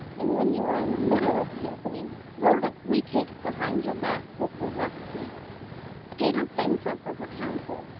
and when you are in the middle of the opening, throw the three cakes behind your back with your left hand peter thanked her for her counsel,